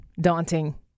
daunting